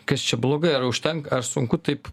kas čia blogai ar užtenka ar sunku taip